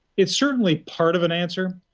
it's certainly part of an answer,